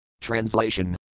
Translation